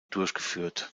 durchgeführt